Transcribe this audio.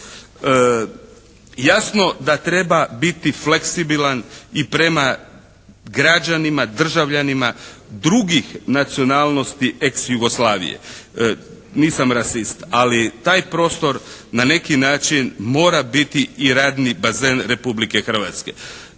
Jasno da treba biti fleksibilan i prema građanima, državljanima drugih nacionalnosti eks Jugoslavije. Nisam rasista, ali taj prostor na neki način mora biti i radni bazen Republike Hrvatske.